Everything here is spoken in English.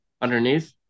underneath